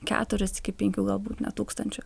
keturis iki penkių galbūt net tūkstančių